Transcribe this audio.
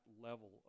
level